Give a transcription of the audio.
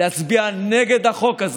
להצביע נגד החוק הזה.